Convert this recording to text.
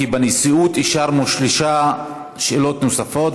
כי בנשיאות אישרנו שלוש שאלות נוספות.